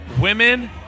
women